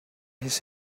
his